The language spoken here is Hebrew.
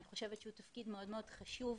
והוא תפקיד מאוד חשוב.